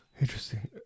Interesting